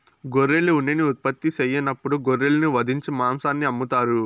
గొర్రెలు ఉన్నిని ఉత్పత్తి సెయ్యనప్పుడు గొర్రెలను వధించి మాంసాన్ని అమ్ముతారు